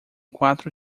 quatro